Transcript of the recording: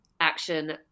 action